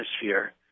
atmosphere